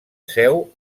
seu